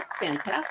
fantastic